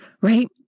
right